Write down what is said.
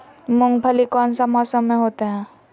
मूंगफली कौन सा मौसम में होते हैं?